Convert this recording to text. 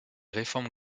réformes